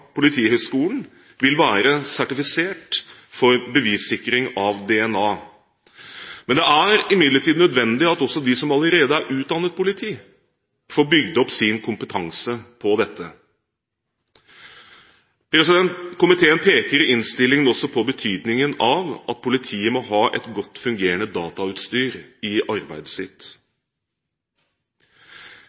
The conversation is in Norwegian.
Politihøgskolen, vil være sertifisert for bevissikring av DNA. Det er imidlertid nødvendig at også de som allerede er utdannet politi, får bygd opp sin kompetanse på dette området. Komiteen peker i innstillingen også på betydningen av at politiet må ha et godt fungerende datautstyr i arbeidet sitt.